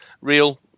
real